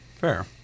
Fair